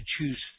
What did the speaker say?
choose